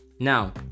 now